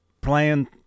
playing